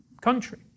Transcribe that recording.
country